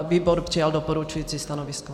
Výbor přijal doporučující stanovisko.